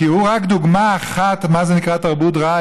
כי הוא רק דוגמה אחת למה שנקרא תרבות רעה,